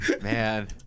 Man